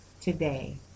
today –